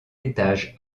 étage